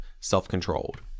self-controlled